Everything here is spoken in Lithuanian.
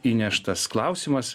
įneštas klausimas